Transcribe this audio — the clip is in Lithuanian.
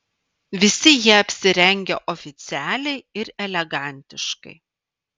visi jie apsirengę oficialiai ir elegantiškai